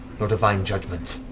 nor divine judgement.